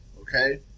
okay